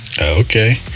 okay